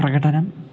प्रकटनम्